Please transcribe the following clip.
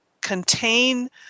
contain